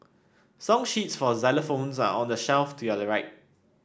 song sheets for xylophones are on the shelf to your right